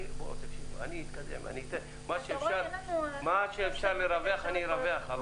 אני אתקדם ומה שאפשר לרווח ארווח.